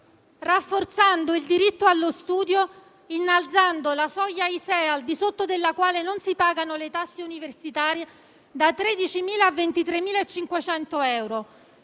rafforzando il diritto allo studio innalzando la soglia ISEE al di sotto della quale non si pagano le tasse universitarie da 13.000 a 23.500 euro.